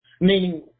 meaning